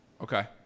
Okay